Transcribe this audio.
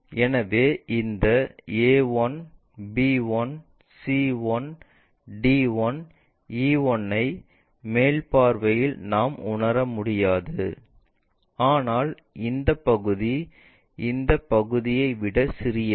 எனவே இந்த A 1 B 1 C 1 D 1 E 1 ஐ மேல் பார்வையில் நாம் உணர முடியாது ஆனால் இந்த பகுதி இந்த பகுதியை விட சிறியது